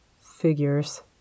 Figures